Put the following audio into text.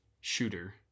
shooter